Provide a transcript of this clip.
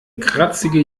kratzige